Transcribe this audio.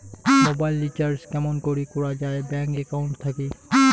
Mobile recharge কেমন করি করা যায় ব্যাংক একাউন্ট থাকি?